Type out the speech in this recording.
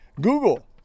Google